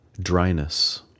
dryness